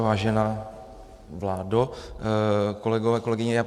Vážená vládo, kolegové, kolegyně.